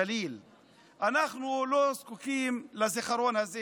אנחנו לא זקוקים לזיכרון הזה